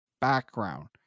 background